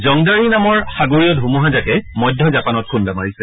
Jongdari নামৰ সাগৰীয় ধুমুহাজাকে মধ্য জাপানত খুন্দা মাৰিছে